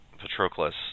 patroclus